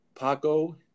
Paco